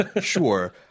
sure